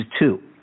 two